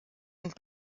und